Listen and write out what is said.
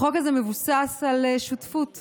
החוק הזה מבוסס על שותפות,